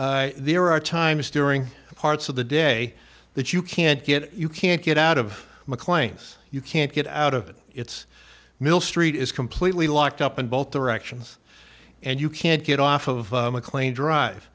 yet there are times during parts of the day that you can't get you can't get out of maclean's you can't get out of it it's mill street is completely locked up in both directions and you can't get off of mclean drive